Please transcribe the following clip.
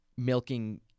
milking